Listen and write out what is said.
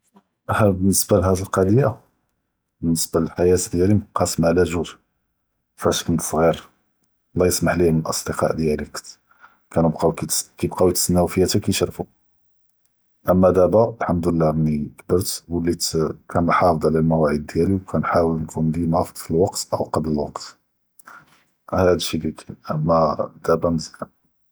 באלניסבה לדה’ק אלקצ’יה, באלניסבה לחיאתי דיאלי מנקסמה עלא זוג, פאש כנת סג’יר אללה יסמה להם אלאסד’קה דיאלי כאן כיבקאוו יסתנאוו פיה חתה כישרפו, אמא דאבא אלחמדוליללה, מין כברת ולט כנהפ’ז עלא אלמוואעיד דיאלי או כנה’ואול נكون דימה פ אלוווקט או קבל אלוווקט, הד’אק אלש’י אלי כאן, אמא דאבא.